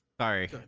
Sorry